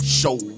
show